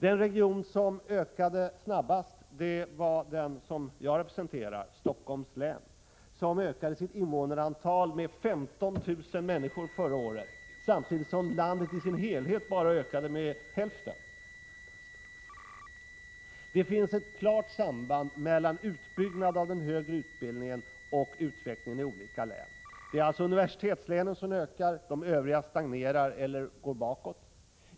Den region som ökade snabbast var den som jag representerar, Stockholms län, som ökade sitt invånarantal med 15 000 personer förra året, samtidigt som invånarantalet i landet som helhet bara ökade med hälften. Det finns ett klart samband mellan utbyggnad av den högre utbildningen och utvecklingen i olika län. Det är alltså universitetslänen som ökar härvidlag, medan övriga stagnerar eller går bakåt.